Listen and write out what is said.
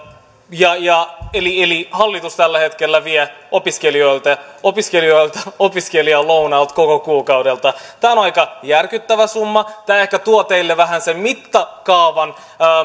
eli eli hallitus tällä hetkellä vie opiskelijoilta opiskelijoilta opiskelijalounaat koko kuukaudelta tämä on aika järkyttävä summa tämä ehkä tuo teille vähän sen leikkauksen mittakaavan